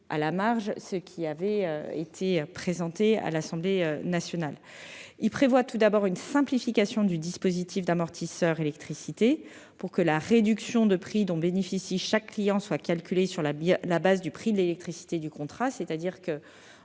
à la marge les dispositions présentées à l'Assemblée nationale. Il prévoit tout d'abord une simplification du dispositif « amortisseur électricité » afin que la réduction de prix dont bénéficie chaque client soit calculée sur la base du prix de l'électricité figurant dans son